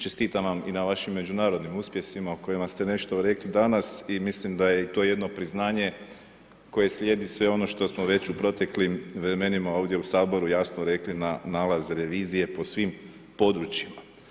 Čestitam vam i na vašim međunarodnim uspjesima o kojima ste nešto rekli danas i mislim da je i to jedno priznanje koje slijedi sve ono što smo već u proteklim vremenima ovdje u Saboru jasno rekli na nalaz revizije po svim područjima.